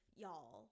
y'all